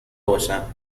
باشم